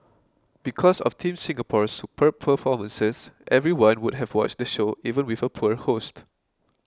because of Team Singapore's superb performances everyone would have watched the show even with a poor host